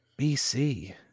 BC